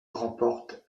remporte